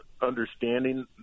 understanding